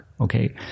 okay